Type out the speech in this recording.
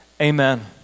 Amen